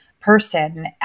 person